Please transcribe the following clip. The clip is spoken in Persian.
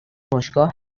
باشگاه